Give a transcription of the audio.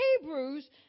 Hebrews